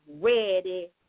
ready